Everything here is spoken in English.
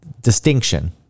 distinction